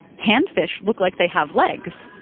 handfish look like they have legs,